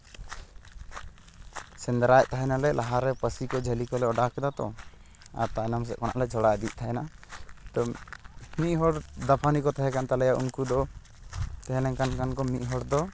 ᱥᱮᱸᱫᱽᱨᱟᱭᱮᱫ ᱛᱟᱦᱮᱱᱟᱞᱮ ᱞᱟᱦᱟᱨᱮ ᱯᱟᱹᱥᱤ ᱠᱚ ᱡᱷᱟᱹᱞᱤ ᱠᱚᱞᱮ ᱚᱰᱟᱣ ᱠᱮᱫᱟ ᱛᱚ ᱟᱨ ᱛᱟᱭᱱᱚᱢ ᱥᱮᱫ ᱠᱷᱚᱱᱟᱜ ᱞᱮ ᱡᱷᱚᱲᱟ ᱤᱫᱤᱭᱮᱫ ᱛᱟᱦᱮᱸᱫ ᱛᱚ ᱢᱤᱫ ᱦᱚᱲ ᱫᱟᱯᱷᱟᱱᱤ ᱠᱚ ᱛᱟᱦᱮᱸ ᱠᱟᱱ ᱛᱟᱞᱮᱭᱟ ᱩᱱᱠᱩ ᱫᱚ ᱛᱟᱦᱮᱸ ᱞᱮᱱᱠᱷᱟᱱ ᱠᱚ ᱢᱤᱫ ᱦᱚᱲ ᱫᱚ